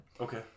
Okay